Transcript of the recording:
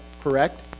Correct